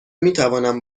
میتوانم